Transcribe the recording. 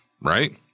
right